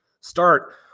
start